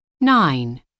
Nine